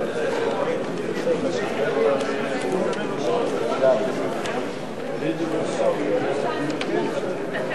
ההסתייגות של חבר הכנסת אורי אריאל לסעיף 54 לא נתקבלה.